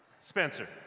Spencer